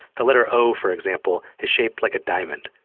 the letter o, for example, is shaped like a diamond.